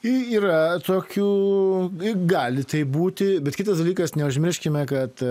yra tokių gali tai būti bet kitas dalykas neužmirškime kad